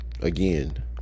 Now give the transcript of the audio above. again